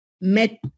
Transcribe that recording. met